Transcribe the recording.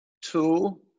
two